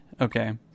Okay